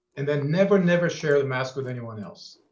and then never, never share the mask with anyone else.